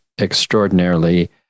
extraordinarily